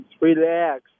relax